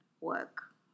work